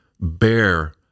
Bear